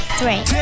three